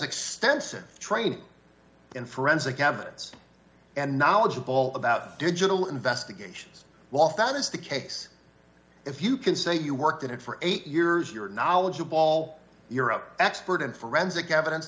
extensive training in forensic evidence and knowledgeable about digital investigations while that is the case if you can say you worked in it for eight years your knowledge of all europe expert in forensic evidence